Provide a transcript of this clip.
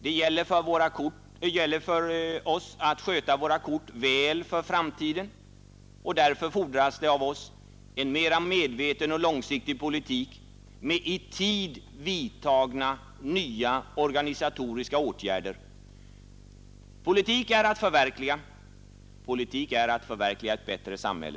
Det gäller för oss att sköta våra kort väl för framtiden. Därför fordras det av oss en mera medveten och långsiktigare politik med i tid vidtagna nya organisatoriska åtgärder. Politik är att förverkliga. Politik är att förverkliga ett bättre samhälle.